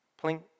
plink